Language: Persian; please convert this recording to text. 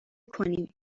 کنیم